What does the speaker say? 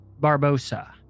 Barbosa